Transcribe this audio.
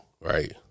Right